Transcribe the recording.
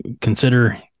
consider